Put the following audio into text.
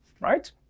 right